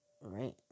right